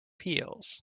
heels